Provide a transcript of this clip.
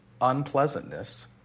unpleasantness